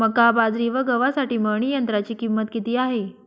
मका, बाजरी व गव्हासाठी मळणी यंत्राची किंमत किती आहे?